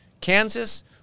Kansas